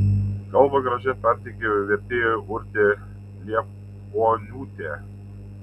kalbą gražiai perteikė vertėja urtė liepuoniūtė